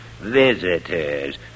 visitors